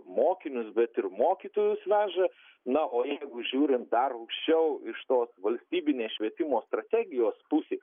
mokinius bet ir mokytojus veža na o jeigu žiūrint dar aukščiau iš tos valstybinės švietimo strategijos pusės